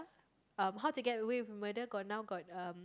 um how to get away with murder got now got um